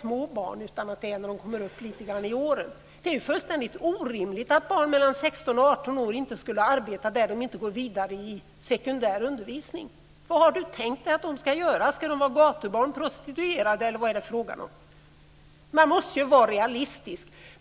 små barn utan om lite äldre barn - ska etikcertifieras. Det är fullständigt orimligt att barn mellan 16 och 18 år inte skulle arbeta om de inte går vidare i sekundär undervisning. Vad har Carina Hägg tänkt sig att de skulle göra? Ska de vara gatubarn, prostituerade eller vad är det fråga om? Man måste ju vara realistisk.